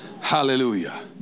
Hallelujah